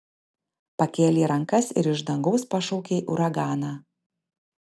pakėlei rankas ir iš dangaus pašaukei uraganą